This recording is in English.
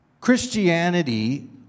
Christianity